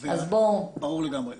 ברור לגמרי.